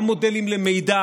גם מודלים למידע.